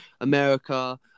America